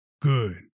Good